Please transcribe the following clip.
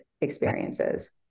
experiences